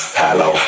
hello